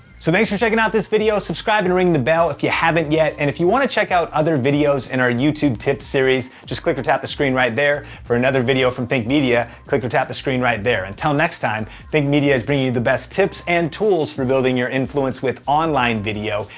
so thanks for checking out this video. subscribe and ring the bell if you haven't yet. and if you wanna check out other videos in our youtube tip series, just click or tap the screen right there for another video from think media. click or tap the screen right there. until next time, think media is bringing you the best tips and tools for building your influence with online video.